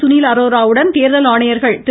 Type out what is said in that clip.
சுனில் அரோராவுடன் தேர்தல் ஆணையர்கள் திரு